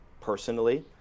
personally